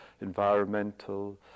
environmental